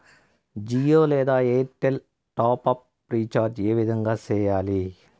జియో లేదా Airtel top up recharge ఏ విధంగా సేయాలి